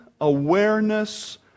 awareness